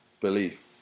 belief